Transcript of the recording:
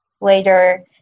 later